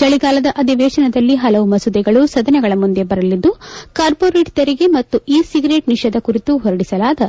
ಚಳಿಗಾಲದ ಅಧಿವೇಶನದಲ್ಲಿ ಹಲವು ಮಸೂದೆಗಳು ಸದನಗಳ ಮುಂದೆ ಬರಲಿದ್ದು ಕಾರ್ಮೊರೇಟ್ ತೆರಿಗೆ ಮತ್ತು ಇ ಸಿಗರೇಟ್ ನಿಷೇಧ ಕುರಿತು ಹೊರಡಿಸಲಾದ